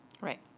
Right